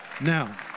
Now